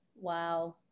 Wow